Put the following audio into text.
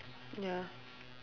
ya